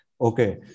Okay